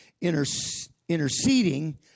interceding